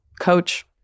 Coach